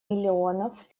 миллионов